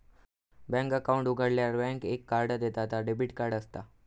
bank account उघाडल्यार bank एक card देता ता डेबिट कार्ड असता